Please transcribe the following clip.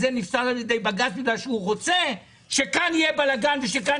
הנוהל הזה נפסל על ידי בג"ץ בגלל שהוא רוצה שכאן יהיה בלגאן וכאן